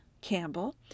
Campbell